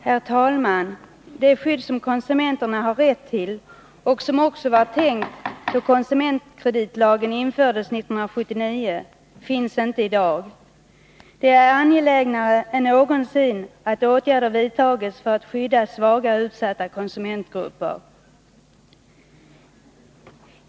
Herr talman! Det skydd som konsumenterna har rätt till och som också var tänkt, då konsumentkreditlagen infördes 1979, finns inte i dag. Det är angelägnare än någonsin att åtgärder vidtas för att skydda svaga och utsatta konsumentgrupper.